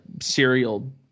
serial